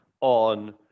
on